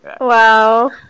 Wow